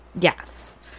Yes